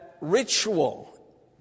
Ritual